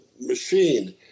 machine